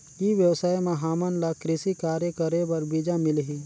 ई व्यवसाय म हामन ला कृषि कार्य करे बर बीजा मिलही?